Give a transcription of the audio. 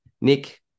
Nick